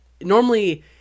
Normally –